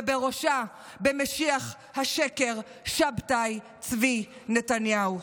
ובראשה במשיח השקר שבתאי צבי נתניהו.